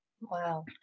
Wow